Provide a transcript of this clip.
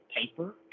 paper